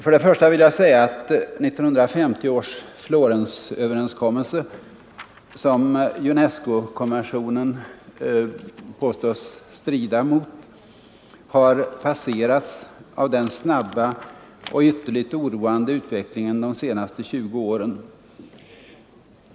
Jag vill börja med att säga att 1950 års Florensöverenskommelse, som UNESCO-konventionen påstås strida mot, har passerats av den snabba och ytterligt oroande utvecklingen de senaste 20 åren.